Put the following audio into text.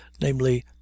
NAMELY